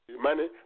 money